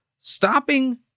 stopping